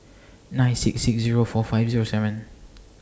nine six six Zero four five Zero seven